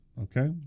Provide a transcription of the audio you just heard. Okay